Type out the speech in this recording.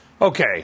Okay